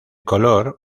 color